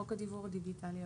חוק הדיוור הדיגיטלי עבר.